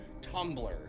Tumblr